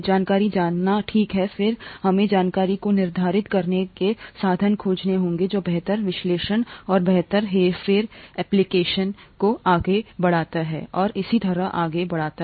जानकारी जानना ठीक है फिर हमें जानकारी को निर्धारित करने के साधन खोजने होंगे जो बेहतर विश्लेषण और बेहतर हेरफेर एप्लिकेशन को आगे बढ़ाता है और इसी तरह आगे बढ़ता है